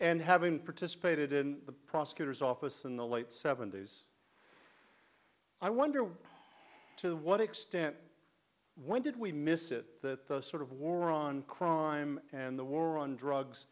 and having participated in the prosecutor's office in the late seventy's i wonder to what extent when did we miss it the sort of war on crime and the war on drugs